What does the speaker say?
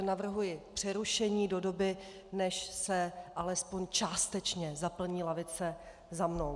Navrhuji přerušení do doby, než se alespoň částečně zaplní lavice za mnou.